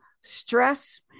stress